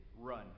run